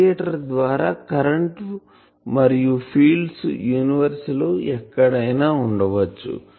radiator ద్వారా current మరియు fields universe లో ఎక్కడ అయినా ఉండచ్చు